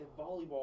volleyball